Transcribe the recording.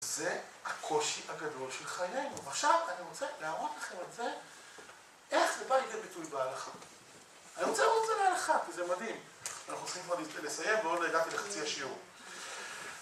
זה הקושי הגדול של חיינו, ועכשיו אני רוצה להראות לכם את זה איך זה בא לידי ביטוי בהלכה. אני רוצה להראות את זה להלכה, כי זה מדהים אנחנו צריכים כבר לסיים, ועוד לא הגעתי לחצי השיעור